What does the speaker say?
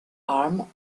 arm